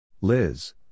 Liz